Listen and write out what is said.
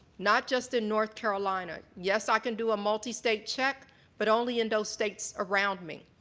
not just in north carolina. yes, i can do a multistate check but only in those states around me.